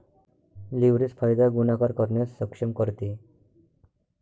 leverage फायदा गुणाकार करण्यास सक्षम करते